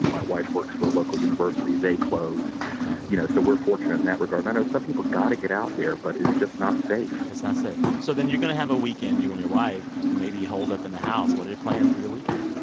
my wife works for a local university. they closed ok you know, so we're fortunate in that regard. and i know some people got to get out there, but it's just not safe it's not safe. so then you're going to have a weekend. you and your wife may be holed up in the house. what are your plans for your weekend?